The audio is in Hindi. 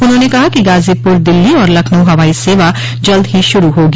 उन्होंने कहा कि गाजीपुर दिल्ली और लखनऊ हवाई सेवा जल्द ही शुरू होगी